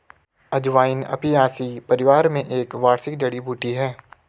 अजवाइन अपियासी परिवार में एक वार्षिक जड़ी बूटी है